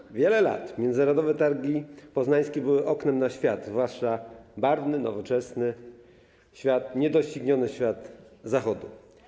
Przez wiele lat Międzynarodowe Targi Poznańskie były oknem na świat, zwłaszcza barwny, nowoczesny, niedościgniony świat Zachodu.